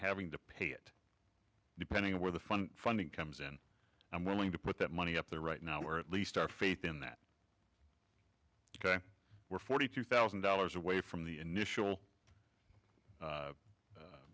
having to pay it depending on where the fund funding comes in i'm willing to put that money up there right now or at least our faith in that ok we're forty two thousand dollars away from the initial